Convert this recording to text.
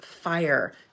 fire